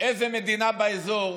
שאיזו מדינה באזור,